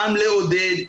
גם לעודד,